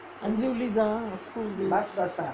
அஞ்சி வெள்ளி தான்:anji velli thaan school கு:ku